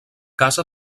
casa